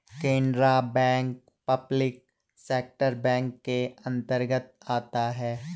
Canara bank public sector bank के अंतर्गत आता है